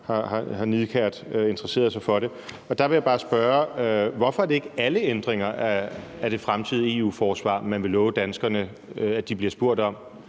også nidkært har interesseret sig for det, og der vil jeg bare spørge om noget: Hvorfor er det ikke alle ændringer af det fremtidige EU-forsvar, man vil love danskerne de bliver spurgt om?